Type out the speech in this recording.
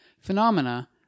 Phenomena